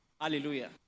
Hallelujah